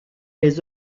les